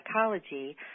psychology